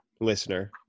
listener